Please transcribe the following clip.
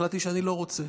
החלטתי שאני לא רוצה.